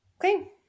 Okay